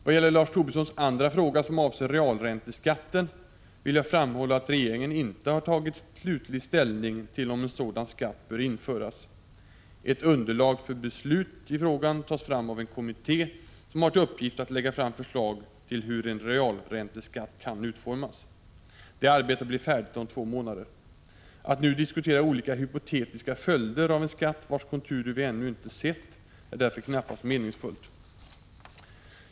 Vad gäller Lars Tobissons andra fråga, som avser realränteskatten, vill jag framhålla att regeringen inte har tagit slutlig ställning till om en sådan skatt bör införas. Ett underlag för beslut i frågan tas fram av en kommitté som har till uppgift att lägga fram förslag till hur en realränteskatt kan utformas. Det arbetet blir färdigt om två månader. Att nu diskutera olika hypotetiska följder av en skatt vars konturer vi ännu inte sett är därför knappast 61 meningsfullt.